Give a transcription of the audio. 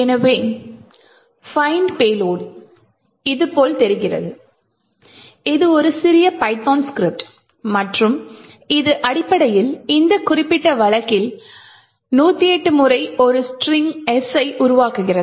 எனவே find payload இது போல் தெரிகிறது இது ஒரு சிறிய பைதான் ஸ்கிரிப்ட் மற்றும் இது அடிப்படையில் இந்த குறிப்பிட்ட வழக்கில் 108 முறை ஒரு ஸ்ட்ரிங் S ஐ உருவாக்குகிறது